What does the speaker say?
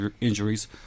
injuries